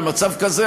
במצב כזה,